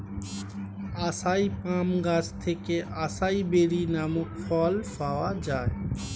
আসাই palm গাছ থেকে acai berry নামক ফল পাওয়া যায়